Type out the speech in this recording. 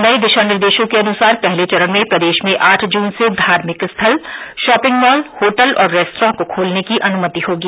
नए दिशानिर्देशों के अनुसार पहले चरण में प्रदेश में आठ जून से धार्मिक स्थल शॉपिंग मॉल होटल और रेस्त्रां को खोलने की अनुमति होगी